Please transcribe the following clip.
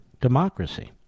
democracy